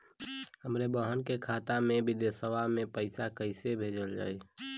हमरे बहन के खाता मे विदेशवा मे पैसा कई से भेजल जाई?